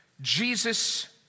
Jesus